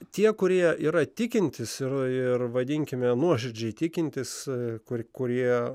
tie kurie yra tikintys ir vadinkime nuoširdžiai tikintys kuri kurie